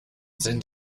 sind